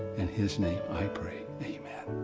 in his name i pray, amen.